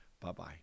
Bye-bye